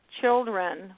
children